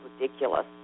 ridiculous